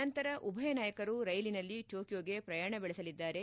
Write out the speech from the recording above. ನಂತರ ಉಭಯ ನಾಯಕರು ರೈಲಿನಲ್ಲಿ ಟೋಕಿಯೊಗೆ ಪ್ರಯಾಣ ಬೆಳೆಸಲಿದ್ದಾರೆ